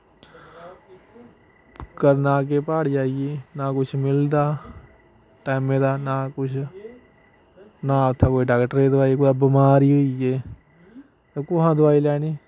करना केह् प्हाड़ जाइयै ना कुछ मिलदा ते ना कुछ ना उत्थें कोई डॉक्टरै दी दवाई कुतै बमार होइये ते कुत्थुआं दवाई लैनी